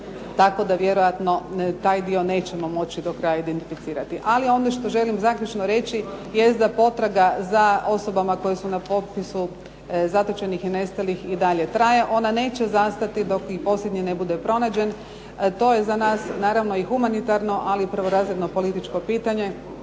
tako da vjerojatno taj dio nećemo moći do kraja identificirati. Ali ono što želim zaključno reći jest da potraga za osobama koje su na popisu natočenih i nestalih i dalje traje. Ona neće zastati dok i posljednji ne bude pronađen. To je za nas naravno i humanitarno, ali prvorazredno političko pitanje